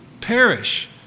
perish